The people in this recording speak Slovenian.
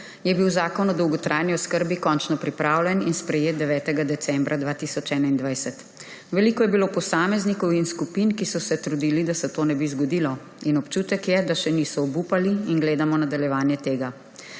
je bil Zakon o dolgotrajni oskrbi končno pripravljen in sprejet 9. decembra 2021. Veliko je bilo posameznikov in skupin, ki so se trudili, da se to ne bi zgodilo, in občutek je, da še niso obupali in gledamo nadaljevanje tega.